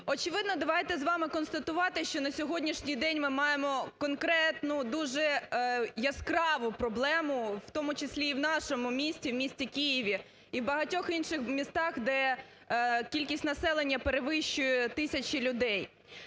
Очевидно, давайте з вами констатувати, що на сьогоднішній день ми маємо конкретну дуже яскраву проблему, в тому числі і в нашому місті, в місті Києві, і в багатьох інших містах, де кількість населення перевищує тисячі людей.